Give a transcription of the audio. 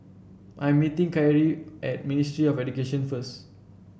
I am meeting Kyrie at Ministry of Education first